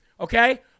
Okay